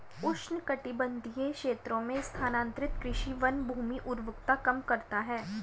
उष्णकटिबंधीय क्षेत्रों में स्थानांतरित कृषि वनभूमि उर्वरता कम करता है